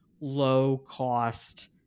low-cost